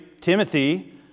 Timothy